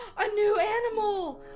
are new animal!